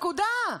נקודה.